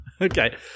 okay